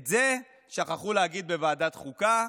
את זה שכחו להגיד בוועדת חוקה,